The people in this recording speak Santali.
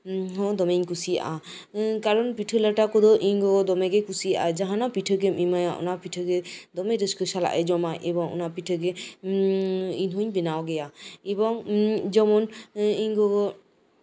ᱦᱚᱸ ᱫᱚᱢᱮᱧ ᱠᱩᱥᱤᱣᱟᱜᱼᱟ ᱠᱟᱨᱚᱱ ᱯᱤᱴᱷᱟᱹ ᱞᱟᱴᱷᱟ ᱠᱚᱫᱚ ᱤᱧ ᱜᱚᱜᱚ ᱦᱚᱸ ᱫᱚᱢᱮ ᱜᱮ ᱛᱩᱥᱤᱭᱟᱜᱼᱟ ᱡᱟᱦᱟᱱᱟᱜ ᱯᱤᱴᱷᱟᱹ ᱜᱮᱢ ᱮᱢᱟᱭᱟ ᱚᱱᱟ ᱯᱤᱴᱷᱟᱹ ᱜᱚ ᱫᱚᱢᱮ ᱨᱟᱹᱥᱠᱟᱹ ᱮᱭ ᱡᱚᱢᱟᱭ ᱮᱵᱚᱝ ᱚᱱᱟ ᱯᱤᱴᱷᱟᱹ ᱜᱮ ᱤᱧ ᱦᱩᱸᱧ ᱵᱮᱱᱟᱣ ᱜᱮᱭᱟ ᱮᱵᱚᱝ ᱡᱮᱢᱚᱱ ᱤᱧ ᱜᱚᱜᱚ